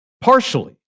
partially